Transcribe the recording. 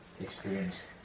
experience